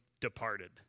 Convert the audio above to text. Departed